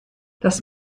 das